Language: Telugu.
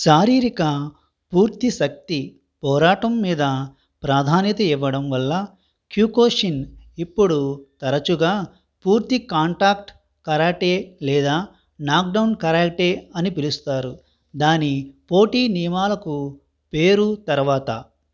శారీరక పూర్తి శక్తి పోరాటం మీద ప్రాధాన్యత ఇవ్వడం వల్ల క్యూకోషిన్ ఇప్పుడు తరచుగా పూర్తి కాంటాక్ట్ కరాటే లేదా నాక్డౌన్ కరాటే అని పిలుస్తారు దాని పోటీ నియమాలకు పేరు తరువాత